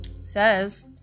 says